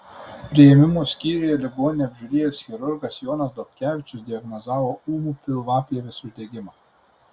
priėmimo skyriuje ligonį apžiūrėjęs chirurgas jonas dobkevičius diagnozavo ūmų pilvaplėvės uždegimą